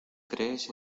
crees